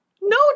No